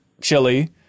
chili